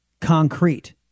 concrete